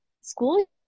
school